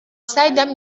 seitdem